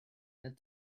met